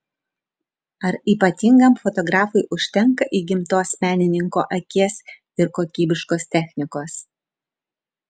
ar ypatingam fotografui užtenka įgimtos menininko akies ir kokybiškos technikos